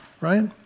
right